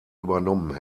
übernommen